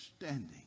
standing